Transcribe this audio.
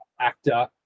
actor